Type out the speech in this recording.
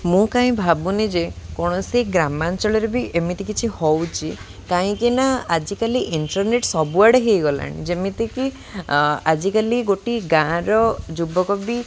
ମୁଁ କାଇଁ ଭାବୁନି ଯେ କୌଣସି ଗ୍ରାମାଞ୍ଚଳରେ ବି ଏମିତି କିଛି ହେଉଛି କାହିଁକିନା ଆଜିକାଲି ଇଣ୍ଟରନେଟ୍ ସବୁଆଡ଼େ ହେଇଗଲାଣି ଯେମିତିକି ଆଜିକାଲି ଗୋଟିଏ ଗାଁର ଯୁବକ ବି